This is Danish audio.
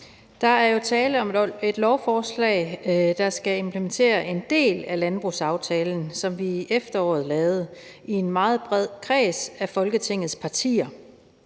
Der er tale om et lovforslag, der skal implementere en del af landbrugsaftalen, som vi lavede i efteråret i en meget bred kreds af Folketingets partier.